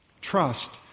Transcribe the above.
Trust